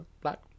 Black